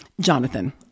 Jonathan